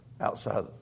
outside